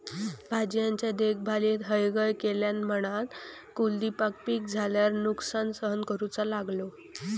भाज्यांच्या देखभालीत हयगय केल्यान म्हणान कुलदीपका पीक झाल्यार नुकसान सहन करूचो लागलो